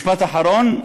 משפט אחרון.